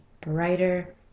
brighter